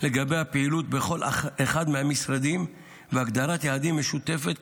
לגבי הפעילות בכל אחד מהמשרדים והגדרת יעדים משותפת,